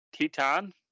Titan